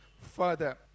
further